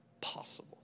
possible